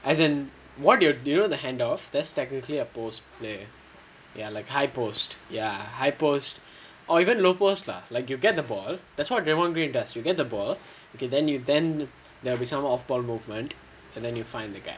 as in what you you know the hand off that's technically a post player ya like high post ya high post or even low post lah like you get the ball that's what raymond does [what] like you get the ball okay then you then there will be some ball movement and then you find the guy